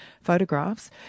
photographs